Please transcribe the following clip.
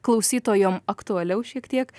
klausytojom aktualiau šiek tiek